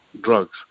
drugs